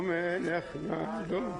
להיות שם ברמה הכי קטנה,